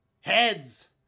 Heads